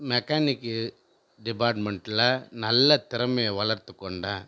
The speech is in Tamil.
மெக்கானிக்கு டிபார்ட்மெண்ட்டில் நல்ல திறமையை வளர்த்து கொண்டேன்